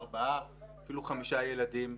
ארבעה ואפילו חמישה ילדים.